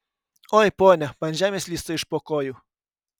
oi ponia man žemė slysta iš po kojų